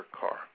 car